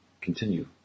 continue